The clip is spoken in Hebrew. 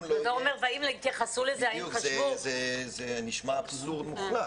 זה נשמע אבסורד מוחלט.